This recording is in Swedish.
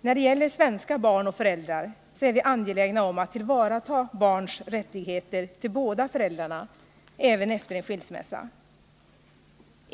När det gäller svenska barn och föräldrar är vi angelägna om att tillvarata barnens rättighet till båda föräldrarna även efter en skilsmässa.